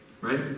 right